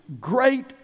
great